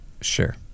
Sure